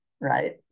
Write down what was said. right